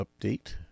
update